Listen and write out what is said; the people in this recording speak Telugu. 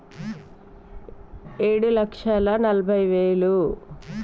ఇప్పుడు మార్కెట్ లో ట్రాక్టర్ కి రేటు ఎంత ఉంది?